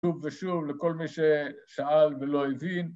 ‫שוב ושוב, לכל מי ששאל ולא הבין.